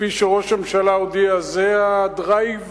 כפי שראש הממשלה הודיע, זה הדרייב